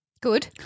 Good